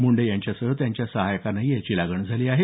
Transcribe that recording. मुंडे यांच्यासह त्यांच्या सहायकांनाही याची लागण झाली आहे